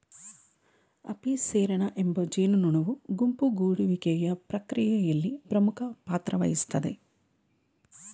Apis cerana ಎಂಬ ಜೇನುನೊಣವು ಗುಂಪು ಗೂಡುವಿಕೆಯ ಪ್ರಕ್ರಿಯೆಯಲ್ಲಿ ಪ್ರಮುಖ ಪಾತ್ರವಹಿಸ್ತದೆ